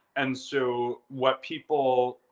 and so what people,